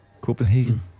Copenhagen